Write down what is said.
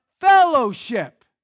fellowship